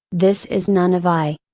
this is none of i!